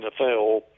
NFL